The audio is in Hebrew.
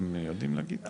אתם יודעים להגיד?